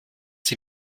sie